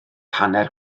hanner